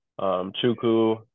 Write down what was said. Chuku